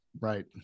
Right